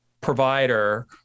provider